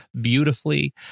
beautifully